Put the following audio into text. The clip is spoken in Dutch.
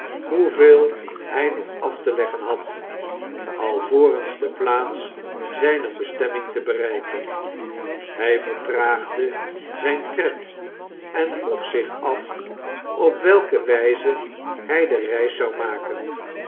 hoeveel hij nog af te leggen had alvorens de plaats zijner bestemming te bereiken hij vertraagde zijn tred en vroeg zich af op welke wijze hij de reis zou maken